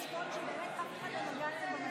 לצפות שבאמת אף אחד לא נגע להם במסכים,